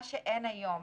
זה לא קיים היום.